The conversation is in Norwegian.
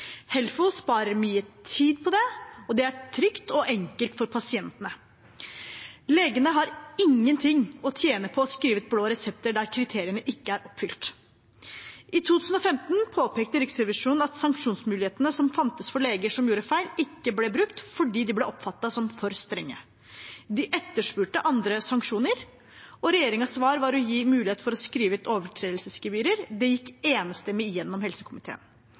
Helfo sparer mye tid på det, og det er trygt og enkelt for pasientene. Legene har ingenting å tjene på å skrive ut blå resepter der kriteriene ikke er oppfylt. I 2015 påpekte Riksrevisjonen at sanksjonsmulighetene som fantes for leger som gjorde feil, ikke ble brukt fordi de ble oppfattet som for strenge. De etterspurte andre sanksjoner, og regjeringens svar var å gi mulighet for å skrive ut overtredelsesgebyrer. Det gikk enstemmig gjennom i helsekomiteen